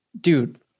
Dude